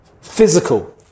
physical